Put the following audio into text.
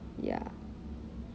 ya